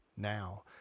Now